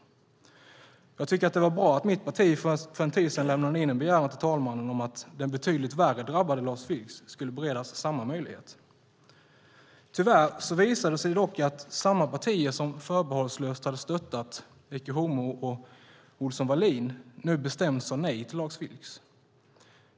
Jag tycker också att det var bra att mitt parti för en tid sedan lämnade in en begäran till talmannen om att den betydligt värre drabbade Lars Vilks skulle beredas samma möjlighet. Tyvärr visade det sig dock att samma partier som förbehållslöst stöttade Ecce homo och Ohlson Wallin nu lika bestämt sade nej till Lars Vilks.